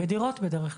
בדירות בדרך כלל,